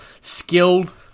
Skilled